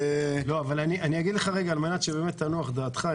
אגיד לך על מנת שתנוח דעתך.